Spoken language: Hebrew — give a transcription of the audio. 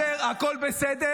אושר, הכול בסדר.